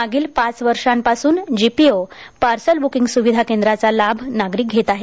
मागील पाच वर्षांपासून जीपीओ इथं पार्सल बुकींग सुविधा केंद्राचा लाभ नागरिक घेत आहेत